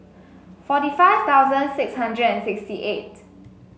forty five thousand six hundred and sixty eight